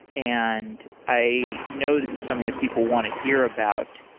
and i know this is something that people want to hear about,